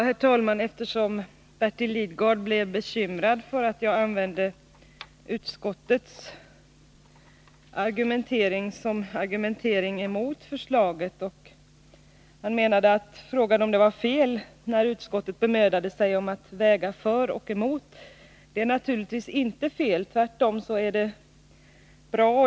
Herr talman! Bertil Lidgard blev bekymrad för att jag använde utskottets argumentering som argumentering mot förslaget, och han frågade om det var innan s.k. pilotfall har avgjorts fel när utskottet bemödade sig att väga för och emot. Det är det naturligtvis inte, tvärtom är det bra.